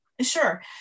Sure